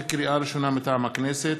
לקריאה ראשונה, מטעם הכנסת: